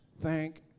Thank